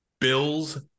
bill's